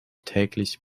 täglich